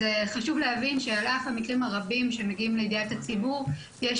אז חשוב להבין שעל אף המקרים הרבים שמגיעים לידיעת הציבור יש